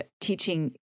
teaching